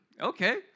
okay